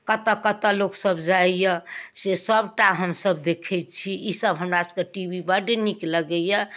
कतऽ कतऽ लोकसभ जाइए से सबटा हमसभ देखै छी ईसब हमरासभके टी वी बड़ नीक लगैए